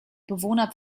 bewohner